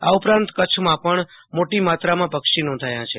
આ ઉપરાંત કચ્છમાં પણ મોટી સંખ્યા માત્રામાં પક્ષી નોંધાયા છે